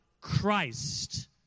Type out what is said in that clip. Christ